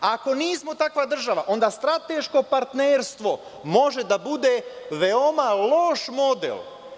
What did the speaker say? Ako nismo takva država, onda strateško partnerstvo može da bude veoma loš model.